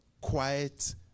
quiet